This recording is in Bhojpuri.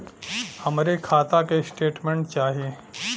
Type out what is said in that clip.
हमरे खाता के स्टेटमेंट चाही?